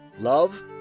love